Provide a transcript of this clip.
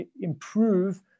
improve